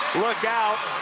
look out,